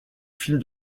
film